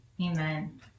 Amen